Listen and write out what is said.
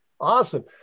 awesome